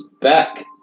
back